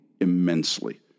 immensely